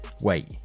wait